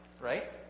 Right